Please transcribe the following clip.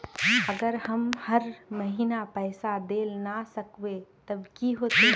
अगर हम हर महीना पैसा देल ला न सकवे तब की होते?